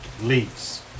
leaves